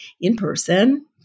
in-person